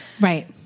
Right